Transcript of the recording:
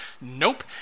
Nope